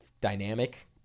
dynamic